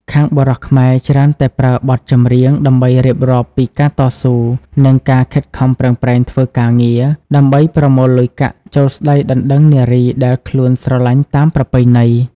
ខាងបុរសខ្មែរច្រើនតែប្រើបទចម្រៀងដើម្បីរៀបរាប់ពី "ការតស៊ូ" និង "ការខិតខំប្រឹងប្រែងធ្វើការងារ" ដើម្បីប្រមូលលុយកាក់ចូលស្តីដណ្តឹងនារីដែលខ្លួនស្រឡាញ់តាមប្រពៃណី។